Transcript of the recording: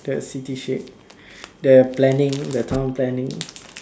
the city shape the planning the town planning